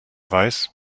weiß